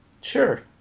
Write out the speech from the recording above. Sure